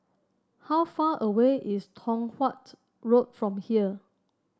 how far away is Tong Watt Road from here